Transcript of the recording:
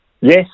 Yes